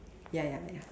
ya ya ya